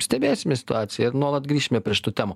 stebėsime situaciją ir nuolat grįšime prie šitų temų